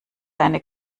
deine